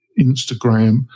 Instagram